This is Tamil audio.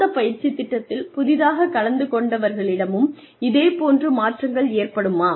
அந்த பயிற்சித் திட்டத்தில் புதிதாக கலந்து கொண்டவர்களிடமும் இதே போன்ற மாற்றங்கள் ஏற்படுமா